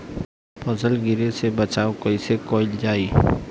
फसल गिरे से बचावा कैईसे कईल जाई?